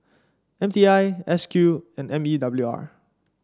M T I S Q and M E W R